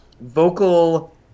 vocal